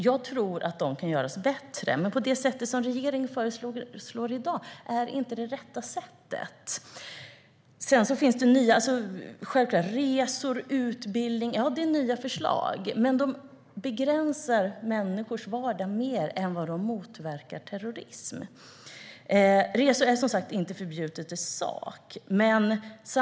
Jag tror att de kan göras bättre, men det sätt som regeringen föreslår är inte det rätta sättet. De nya förslag som finns gällande sådant som resor och utbildning begränsar människors vardag mer än de motverkar terrorism. Resor är som sagt inte förbjudna i sak.